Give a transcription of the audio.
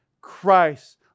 Christ